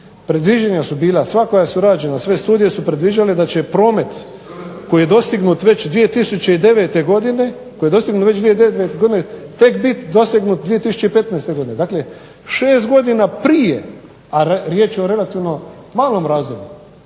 predviđanja su bila sva koja su rađena, sve studije koje su rađene su predviđale da će promet koji je dostignut već 2009. godine, tek biti dosegnut 2015. godine. Dakle 6 godina prije a riječ je o relativno malom razdoblju,